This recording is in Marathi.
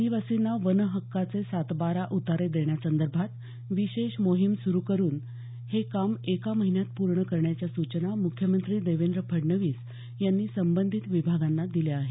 आदिवासींना वन हक्काचे सातबारा उतारे देण्यासंदर्भात विशेष मोहीम सुरु करुन हे काम एका महिन्यात पूर्ण करण्याच्या सूचना मुख्यमंत्री देवेंद्र फडणवीस यांनी संबंधित विभागांना दिल्या आहेत